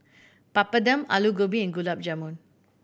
Papadum Alu Gobi and Gulab Jamun